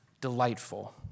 delightful